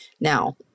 Now